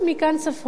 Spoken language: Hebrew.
מכאן צפונה.